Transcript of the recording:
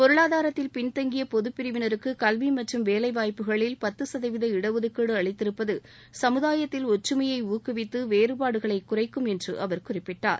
பொருளாதாரத்தில் பின்தங்கிய பொதுப் பிரிவினருக்கு கல்வி மற்றம் வேலை வாய்ப்புகளில் பத்து சதவீத இடஒதுக்கீடு அளித்திருப்பது சமுதாயத்தில் ஒற்றுமையை ஊக்குவித்து வேறுபாடுகளை குறைக்கும் என்று அவர் குறிப்பிட்டார்